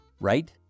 right